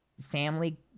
family